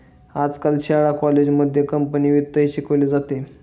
आजकाल शाळा कॉलेजांमध्ये कंपनी वित्तही शिकवले जाते